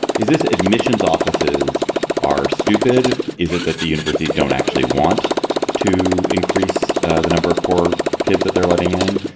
is this admissions offices are stupid. is it that the universities don't actually want to increase the number of poor kids that they're letting in.